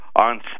on